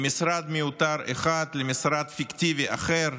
ממשרד מיותר אחד למשרד פיקטיבי אחר.